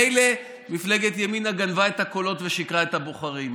מילא מפלגת ימינה גנבה את הקולות ושיקרה את הבוחרים,